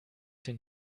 den